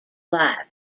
life